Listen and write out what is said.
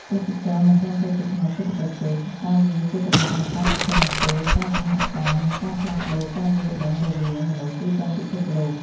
ទេសចរណ៍មិនត្រឹមតែជាផ្នែកសេដ្ឋកិច្ចទេ តែវាជាកម្លាំងបង្កើតសុភមង្គល ការសហការណ៍ និងការផ្លាស់ប្ដូរការយល់ដឹងរវាងមនុស្សទូទាំងពិភពលោក។